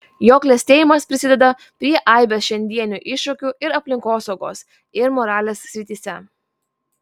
jo klestėjimas prisideda prie aibės šiandienių iššūkių ir aplinkosaugos ir moralės srityse